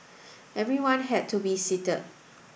everyone had to be seated